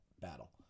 battle